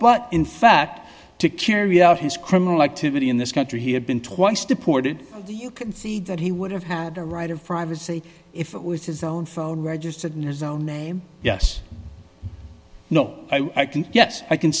but in fact to carry out his criminal activity in this country he had been twice deported do you concede that he would have had a right of privacy if it was his own phone registered in his own name yes no i can yes i can